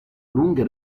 lunga